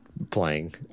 playing